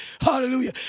Hallelujah